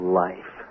life